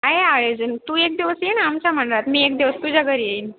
आहे आहे अजन तू एक दिवस ये ना आमच्या मंडळात मी एक दिवस तझ्या घरी येईन